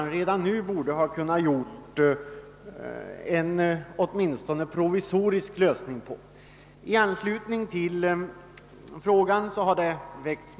På en punkt anser vi dock att en åtminstone provisorisk lösning redan nu hade bort göras.